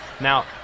Now